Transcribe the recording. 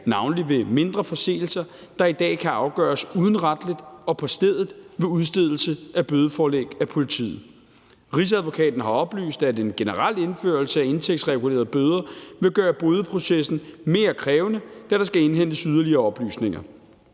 navnlig ved mindre forseelser, der i dag kan afgøres udenretligt og på stedet ved udstedelse af bødeforelæg af politiet. Rigsadvokaten har oplyst, at en generel indførelse af indtægtsregulerede bøder vil gøre bødeprocessen mere krævende, da der skal indhentes yderligere oplysninger.